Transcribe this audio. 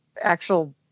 actual